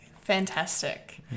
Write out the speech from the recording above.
Fantastic